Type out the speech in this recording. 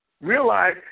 realize